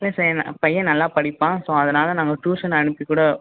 இல்லை சார் என் பையன் நல்லா படிப்பான் ஸோ அதனால் நாங்கள் ட்யூஷன் அனுப்பி கூட